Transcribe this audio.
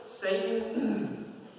Satan